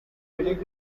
heading